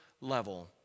level